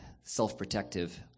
self-protective